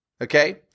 okay